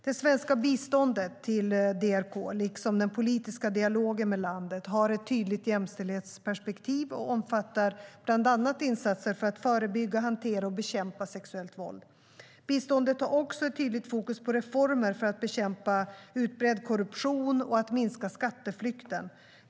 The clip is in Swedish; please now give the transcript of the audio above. Det svenska biståndet till DRK, liksom den politiska dialogen med landet, har ett tydligt jämställdhetsperspektiv och omfattar bland annat insatser för att förebygga, hantera och bekämpa sexuellt våld. Biståndet har också ett tydligt fokus på reformer för att bekämpa den utbredda korruptionen och minska skatteflykten.